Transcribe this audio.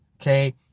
Okay